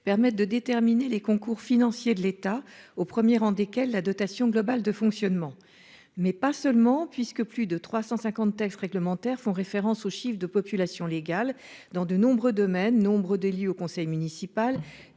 permettent de déterminer les concours financiers de l'État, au premier rang desquels la dotation globale de fonctionnement. En outre, 350 textes réglementaires font référence aux chiffres de population légale, dans de nombreux domaines : nombre d'élus au conseil municipal,